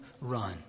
run